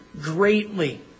Greatly